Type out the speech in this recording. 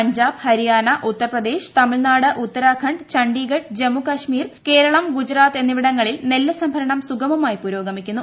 പഞ്ചാബ് ഹരിയാന ഉത്തർപ്രദേശ് തമിഴ്നാട് ഉത്തരാഖണ്ഡ് ചണ്ഡിഗഡ് ജമ്മുകശ്മീർ കേരളാ ഗുജറാത്ത് എന്നിവിടങ്ങളിൽ നെല്ല് സംഭരണം സുഗമമായി പുരോഗമിക്കുന്നു